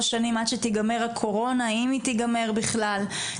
שנים עד שתגמר הקורונה ואם היא תגמר בכלל,